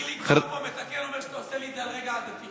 חיליק בר פה מתקן ואומר שאתה עושה לי את זה על רקע עדתי.